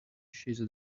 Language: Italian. scese